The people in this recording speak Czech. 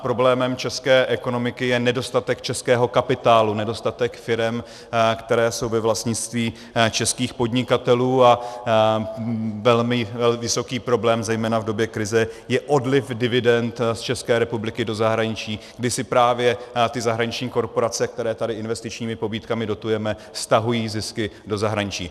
Problémem české ekonomiky je nedostatek českého kapitálu, nedostatek firem, které jsou ve vlastnictví českých podnikatelů, a vysoký problém zejména v době krize je odliv dividend z České republiky do zahraničí, kdy si právě ty zahraniční korporace, které tady investičními pobídkami dotujeme, stahují zisky do zahraničí.